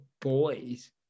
boys